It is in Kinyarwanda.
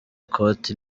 ikoti